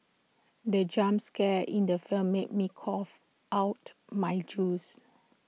the jump scare in the film made me cough out my juice